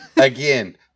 Again